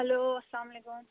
hello اسلام علیکُم